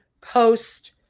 post